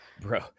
bro